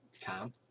Tom